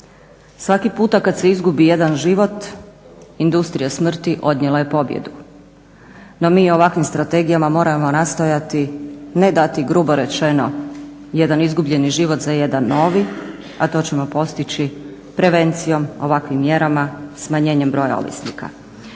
Svaki puta kad se izgubi jedna život, industrija smrti odnijela je pobjedu. No, mi ovakvim strategijama moramo nastojati, ne dati grubo rečeno jedan izgubljeni život za jedan novi, a to ćemo postići prevencijom, ovakvim mjerama, smanjenjem broja ovisnika.